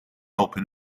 open